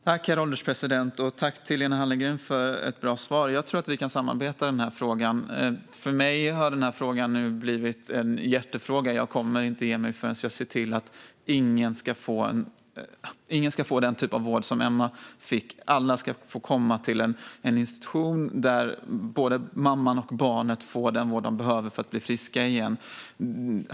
Herr ålderspresident! Jag tackar Lena Hallengren för ett bra svar. Jag tror att vi kan samarbeta i den här frågan. För mig har det blivit en hjärtefråga. Jag kommer inte att ge mig förrän jag ser till att ingen ska få den typ av vård som Emma fick. Alla ska få komma till en institution där både mamman och barnet får den vård de behöver för att bli friska igen.